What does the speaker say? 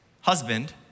husband